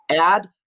Add